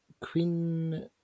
Queen